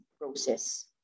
process